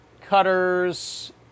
cutters